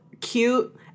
cute